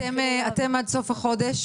אתם עד סוף החודש,